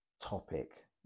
topic